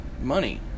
money